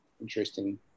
interesting